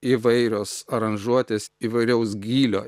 įvairios aranžuotės įvairaus gylio